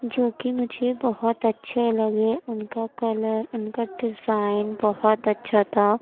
جو کہ مجھے بہت اچھے لگے اُن کا کلر اُن کا ڈیزائن بہت اچھا تھا